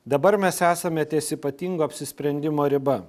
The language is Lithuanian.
dabar mes esame ties ypatingo apsisprendimo riba